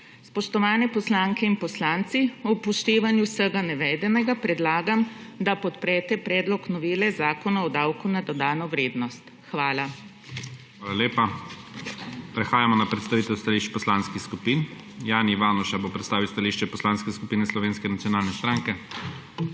Spoštovani poslanke in poslanci, ob upoštevanju vsega navedenega, predlagam, da podprete predlog novele Zakona o davku na dodano vrednost. Hvala. PREDSEDNIK IGOR ZORČIČ: Hvala lepa. Prehajamo na predstavitev stališč poslanskih skupin. Jani Ivanuša bo predstavil stališče Poslanske skupine Slovenske nacionalne stranke.